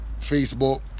Facebook